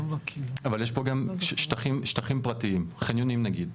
אבל יש פה גם שטחים פרטיים, חניונים, נגיד.